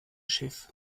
schiff